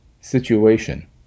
situation